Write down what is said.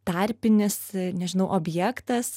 tarpinis nežinau objektas